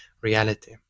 reality